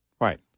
Right